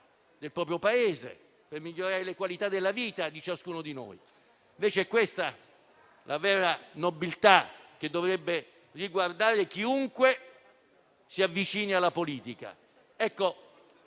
del proprio Paese, per migliorare le qualità della vita di ciascuno di noi. Ecco invece la vera nobiltà che dovrebbe riguardare chiunque si avvicini alla politica.